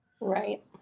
right